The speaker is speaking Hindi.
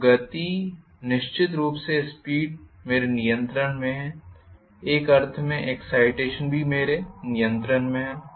तो गति निश्चित रूप से स्पीड मेरे नियंत्रण में है एक अर्थ में एक्साइटेशन भी मेरे नियंत्रण में है